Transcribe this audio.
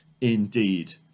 indeed